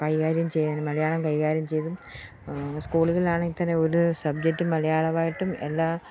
കൈകാര്യം ചെയ്യാനും മലയാളം കൈകാര്യം ചെയ്തും സ്കൂളുകളിലാണെങ്കിൽത്തന്നെ ഒരു സബ്ജക്റ്റും മലയാളമായിട്ടും എല്ലാ